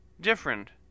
different